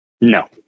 no